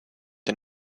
der